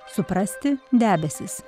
suprasti debesis